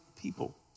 people